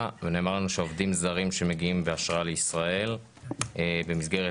ונאמר לנו שעובדים זרים שמגיעים לישראל עם אשרה במסגרת